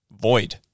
void